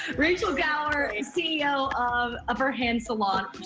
rachel gower, ceo of upper hand salon.